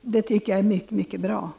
Detta tycker jag är mycket bra.